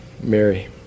Mary